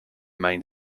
main